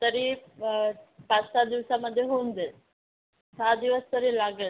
तरी पाच सहा दिवसामध्ये होऊन जाईल सहा दिवस तरी लागेल